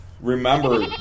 remember